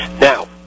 Now